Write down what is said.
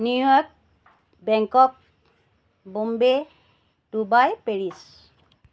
New York Bangkok Bombay Dubai Paris